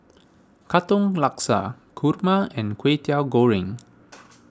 Katong Laksa Kurma and Kway Teow Goreng